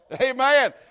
Amen